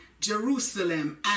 Jerusalem